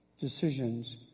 decisions